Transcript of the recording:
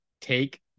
take